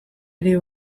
ere